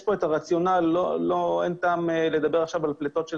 יש כאן את הרציונל ואין טעם לדבר עכשיו על פליטות של